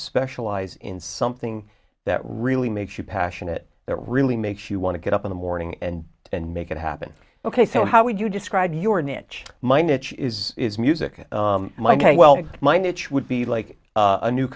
specialize in something that really makes you passionate that really makes you want to get up in the morning and and make it happen ok so how would you describe your niche my niche is is music like a well my niche would be like a new